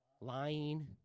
lying